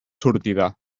sortida